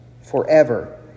forever